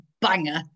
banger